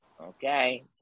Okay